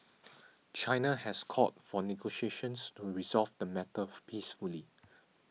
China has called for negotiations to resolve the matter peacefully